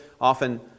often